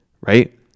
right